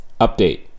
Update